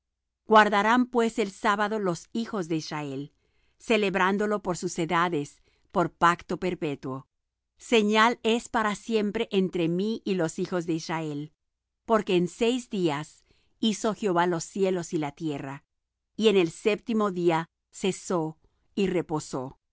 guardarán pues el sábado los hijos de israel celebrándolo por sus edades por pacto perpetuo señal es para siempre entre mí y los hijos de israel porque en seis días hizo jehová los cielos y la tierra y en el séptimo día cesó y reposó